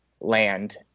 land